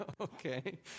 Okay